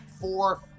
Four